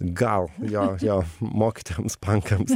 gal jo jo mokytojams pankams